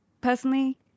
Personally